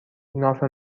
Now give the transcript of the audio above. ناف